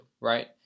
right